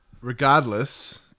regardless